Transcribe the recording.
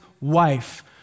wife